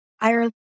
Ireland